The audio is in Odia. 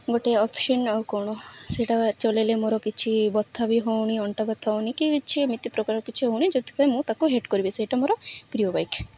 ଗୋଟେ ଅପସନ୍ ଆଉ କ'ଣ ସେଇଟା ଚଲେଇଲେ ମୋର କିଛି ବଥା ବି ହେଉନି ଅଣ୍ଟା କଥା ହେଉନି କି କିଛି ଏମିତି ପ୍ରକାର କିଛି ହେଉନି ଯେଥିପାଇଁ ମୁଁ ତାକୁ ହେଟ୍ କରିବି ସେଇଟା ମୋର ପ୍ରିୟ ବାଇକ୍